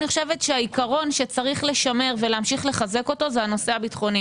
אני חושבת שהעיקרון שצריך לשמר ולהמשיך לחזק אותו הוא הנושא הביטחוני